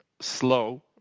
slow